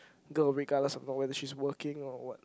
girl regardless of not whether she's working or what